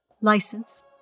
license